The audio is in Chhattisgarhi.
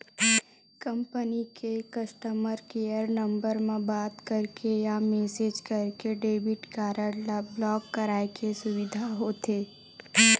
कंपनी के कस्टमर केयर नंबर म बात करके या मेसेज करके डेबिट कारड ल ब्लॉक कराए के सुबिधा होथे